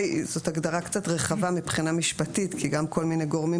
בעיניי זאת הגדרה קצת רחבה מבחינה משפטית כי גם כל מיני גורמים